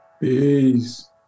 Peace